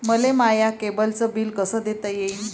मले माया केबलचं बिल कस देता येईन?